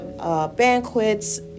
Banquets